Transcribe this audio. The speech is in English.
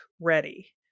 ready